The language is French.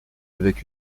avec